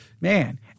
Man